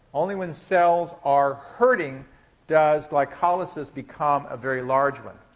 only when cells are hurting does glycolysis become a very large one.